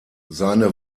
seine